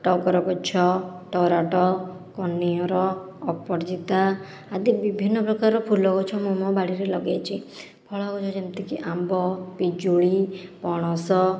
ଟଗର ଗଛ ତରାଟ କନିଅର ଅପରାଜିତା ଆଦି ବିଭିନ୍ନ ପ୍ରକାର ଫୁଲ ଗଛ ମୁଁ ମୋ ବାଡ଼ିରେ ଲଗାଇଛି ଫଳ ଗଛ ଯେମିତିକି ଆମ୍ବ ପିଜୁଳି ପଣସ